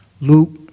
Luke